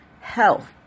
health